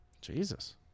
Jesus